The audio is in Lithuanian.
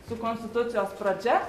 su konstitucijos pradžia